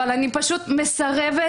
אבל אני פשוט מסרבת,